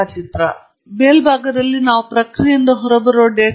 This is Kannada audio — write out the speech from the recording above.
ನೆನಪಿಡುವ ಪ್ರಮುಖ ವಿಷಯವೆಂದರೆ ಎಲ್ಲಾ ಡೇಟಾ ವಿಶ್ಲೇಷಣೆ ವಿಧಾನಗಳು ಪ್ರಕೃತಿಯಲ್ಲಿ ಪುನರಾವರ್ತನೆಯಾಗಿದೆ